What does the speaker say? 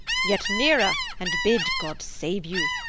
yet nearer, and bid, god save you!